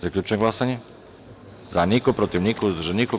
Zaključujem glasanje: za – niko, protiv – niko, uzdržanih – nema.